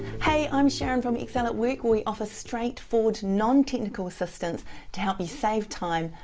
hey i'm sharyn from excel at work where we offer straightforward non-technical assistance to help you save time,